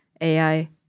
AI